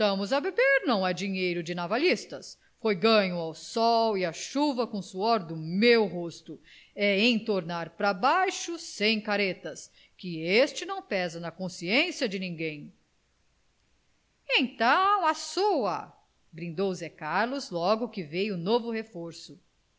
a beber não é dinheiro de navalhista foi ganho ao sol e à chuva com o suor do meu rosto é entornar pra baixo sem caretas que este não pesa na consciência de ninguém então à sua brindou zé carlos logo que veio o novo reforço